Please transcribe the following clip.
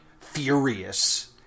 furious